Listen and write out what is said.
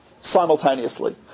simultaneously